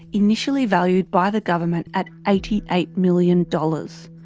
initially valued by the government at eighty eight million dollars.